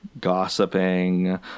gossiping